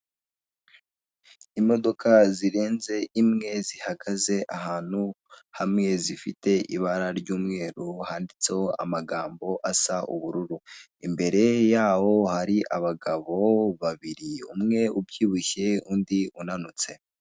Imodoka zirenze imwe zihagaze ahantu hamwe zifite ibara ry'umweru, handitseho amagambo asa ubururu. Imbere yaho hari abagabo babiri, umwe ubyibushye, undi unanutse.